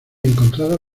encontrado